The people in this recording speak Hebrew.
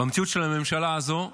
במציאות של הממשלה הזאת,